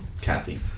Kathy